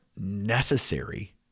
necessary